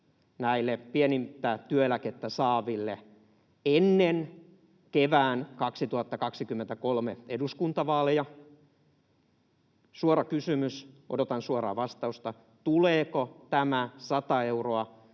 näille pienintä työeläkettä saaville ennen kevään 2023 eduskuntavaaleja? Suora kysymys, odotan suoraa vastausta. Tuleeko tämä 100 euroa